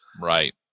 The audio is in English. right